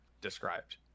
described